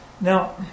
Now